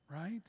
Right